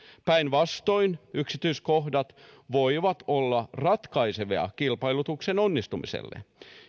päinvastoin yksityiskohdat voivat olla ratkaisevia kilpailutuksen onnistumiselle